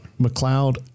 McLeod